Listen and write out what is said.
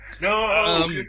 No